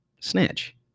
Snitch